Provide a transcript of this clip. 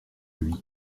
lui